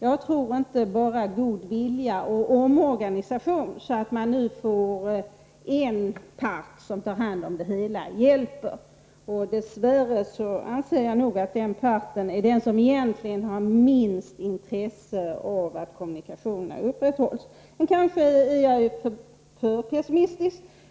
Jag tror inte att bara god vilja och en omorganisation som gör att det nu blir en part som tar hand om verksamheten hjälper. Dess värre anser jag nog att denna part är den som egentligen har minst intresse av att kommunikationerna upprätthålls. Kanske är jag för pessimistisk.